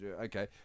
Okay